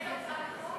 מתנגדים להצעת החוק.